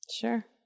Sure